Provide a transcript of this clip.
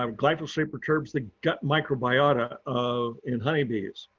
um glyphosate perturbs the gut microbiota of and honeybees.